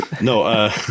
No